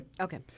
Okay